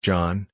John